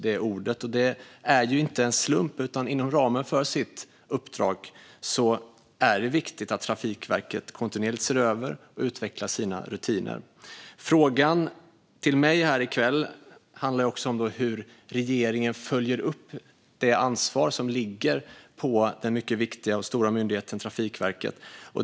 Det är viktigt att Trafikverket inom ramen för sitt uppdrag kontinuerligt ser över och utvecklar sina rutiner. Frågan till mig här i kväll handlar också om hur regeringen följer upp det ansvar som ligger på den mycket viktiga och stora myndigheten Trafikverket.